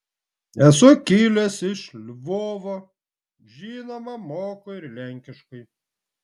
esu kilęs iš lvovo žinoma moku ir lenkiškai